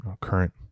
current